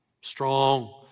strong